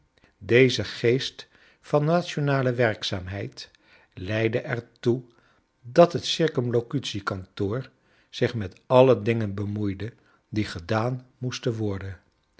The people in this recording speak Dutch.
deze geest van nationale werkzaamheid leidde er toe dat het circumlocutie kantoor zich met alle dingen bemoeide die gedaan inoesten worden